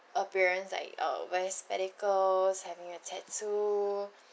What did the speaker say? appearance like uh wear spectacles having a tattoo